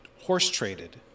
horse-traded